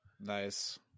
nice